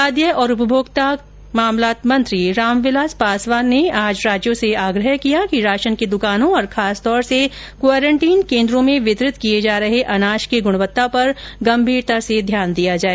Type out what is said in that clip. खाद्य और उपभोक्ता कार्यमंत्री रामविलास पासवान ने आज राज्यों से आग्रह किया कि राशन की दुकानों और खासतौर से क्वारेंटीन केंद्रों में वितरित किए जा रहे अनाज की गुणवत्ता पर गंभीरता से ध्यान दिया जाए